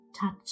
Touch